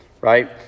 right